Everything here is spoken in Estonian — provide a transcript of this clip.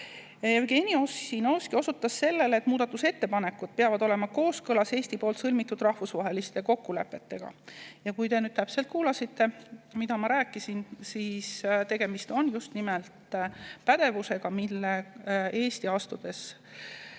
Ossinovski osutas sellele, et muudatusettepanekud peavad olema kooskõlas Eesti sõlmitud rahvusvaheliste kokkulepetega. Kui te nüüd täpselt kuulasite, mida ma rääkisin, siis [teate, et] tegemist on just nimelt pädevusega, mille Eesti, asudes